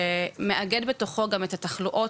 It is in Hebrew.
שמאגד בתוכו גם את התחלואות,